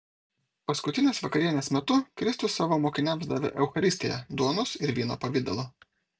paskutinės vakarienės metu kristus savo mokiniams davė eucharistiją duonos ir vyno pavidalu